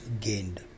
gained